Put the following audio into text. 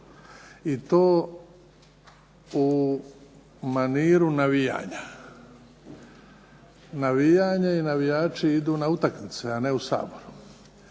i to u maniru navijanja. Navijanje i navijači idu na utakmice, a ne u Sabor.